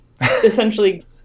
essentially